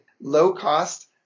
low-cost